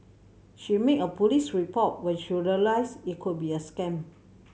she made a police report when she realised it could be a scam